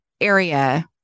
area